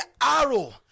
arrow